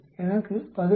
எனக்கு 16